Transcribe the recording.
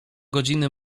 godziny